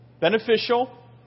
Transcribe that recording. beneficial